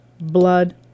blood